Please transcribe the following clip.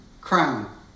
crown